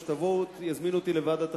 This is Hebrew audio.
או שיזמינו אותי לוועדת החינוך,